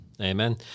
Amen